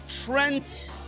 Trent